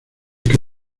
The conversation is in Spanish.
que